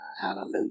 hallelujah